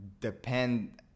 depend